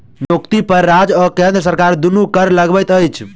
नियोक्ता पर राज्य आ केंद्र सरकार दुनू कर लगबैत अछि